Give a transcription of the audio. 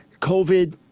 COVID